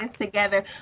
together